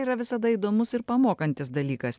yra visada įdomus ir pamokantis dalykas